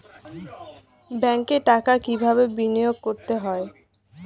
ব্যাংকে টাকা কিভাবে বিনোয়োগ করতে হয়?